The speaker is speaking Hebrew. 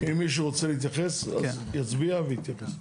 אם מישהו רוצה להתייחס, אז יצביע ויתייחס.